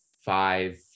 five